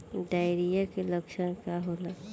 Diarrhoea के लक्षण का होला?